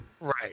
Right